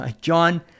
John